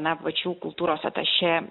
na pačių kultūros atašė